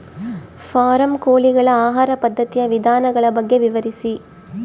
Form ಕೋಳಿಗಳ ಆಹಾರ ಪದ್ಧತಿಯ ವಿಧಾನಗಳ ಬಗ್ಗೆ ವಿವರಿಸಿ?